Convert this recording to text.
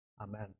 Amen